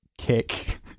kick